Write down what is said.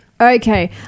Okay